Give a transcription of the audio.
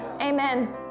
Amen